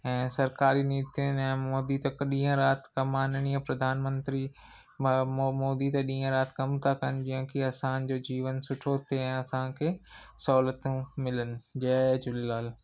ऐं सरकारी नीतीअ में मोदी तक ॾींहं राति अ माननिय प्रधानमंत्री म मो मोदी त ॾींहं राति कमु था कनि जीअं की असांजो जीवन सुठो थिए ऐं असांखे सहूलियतूं मिलनि जय झूलेलाल